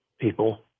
people